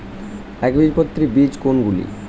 একবীজপত্রী বীজ কোন গুলি?